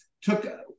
took